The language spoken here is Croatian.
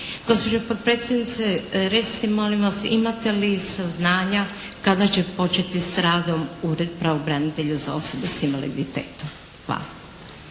Gospođo potpredsjednice recite mi molim vas, imate li saznanja kada će početi s radom Ured pravobranitelja za osobe sa invaliditetom? Hvala.